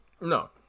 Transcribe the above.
no